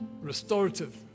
restorative